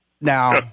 Now